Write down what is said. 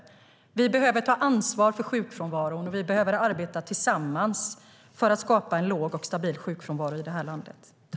Vi behöver ta ansvar för sjukfrånvaron, och vi behöver arbeta tillsammans för att skapa en låg och stabil sjukfrånvaro i det här landet.